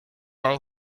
yang